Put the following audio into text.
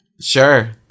sure